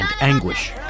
anguish